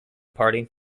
party